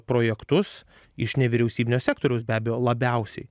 projektus iš nevyriausybinio sektoriaus be abejo labiausiai